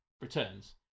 Returns